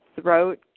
throat